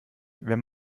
wenn